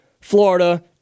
Florida